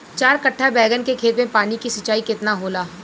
चार कट्ठा बैंगन के खेत में पानी के सिंचाई केतना होला?